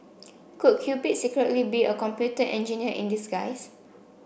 could Cupid secretly be a computer engineer in disguise